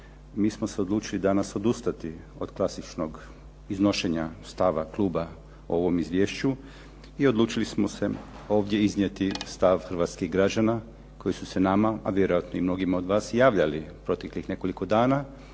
mi smo se odlučili danas odustati od klasičnog iznošenja stava kluba o ovom izvješću i odlučili smo ovdje iznijeti stav hrvatskih građana koji su se nama, a vjerojatno i mnogima od vas javljali proteklih nekoliko dana,